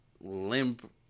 limp